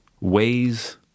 ways